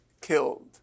killed